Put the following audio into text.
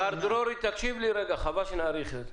מר דרורי, תקשיב לי, חבל שנאריך בזה.